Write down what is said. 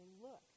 look